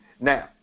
Now